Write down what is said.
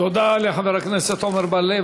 תודה לחבר הכנסת עמר בר-לב.